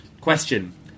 Question